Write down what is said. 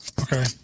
okay